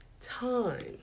time